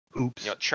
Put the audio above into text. Oops